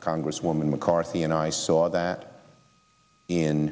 congresswoman mccarthy and i saw that in